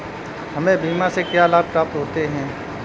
हमें बीमा से क्या क्या लाभ प्राप्त होते हैं?